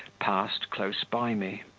passed close by me,